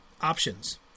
options